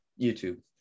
YouTube